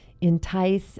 entice